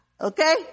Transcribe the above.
Okay